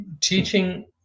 teaching